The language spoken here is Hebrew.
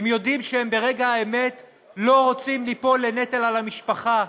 הם יודעים שברגע האמת הם לא רוצים ליפול לנטל על המשפחה,